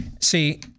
See